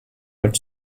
but